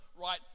right